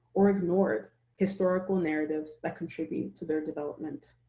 or ignored historical narratives that contribute to their development.